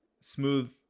smooth